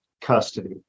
custody